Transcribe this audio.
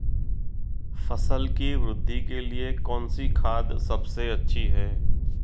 फसल की वृद्धि के लिए कौनसी खाद सबसे अच्छी है?